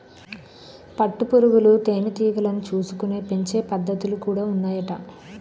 పట్టు పురుగులు తేనె టీగలను చూసుకొని పెంచే పద్ధతులు కూడా ఉన్నాయట